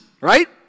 right